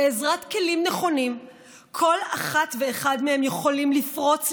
בעזרת כלים נכונים כל אחד ואחת מהם יכולים לפרוץ,